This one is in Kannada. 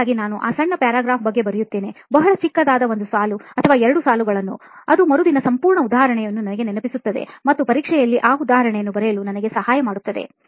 ಹಾಗಾಗಿ ನಾನು ಆ ಸಣ್ಣ para ಬಗ್ಗೆ ಬರೆಯುತ್ತೇನೆ ಬಹಳ ಚಿಕ್ಕದಾದ ಒಂದು ಸಾಲು ಅಥವಾ ಎರಡು ಸಾಲುಗಳನ್ನು ಅದು ಮರುದಿನ ಸಂಪೂರ್ಣ ಉದಾಹರಣೆಯನ್ನು ನನಗೆ ನೆನಪಿಸುತ್ತದೆ ಮತ್ತು ಪರೀಕ್ಷೆಯಲ್ಲಿ ಆ ಉದಾಹರಣೆಯನ್ನು ಬರೆಯಲು ನನಗೆ ಸಹಾಯ ಮಾಡುತ್ತದೆ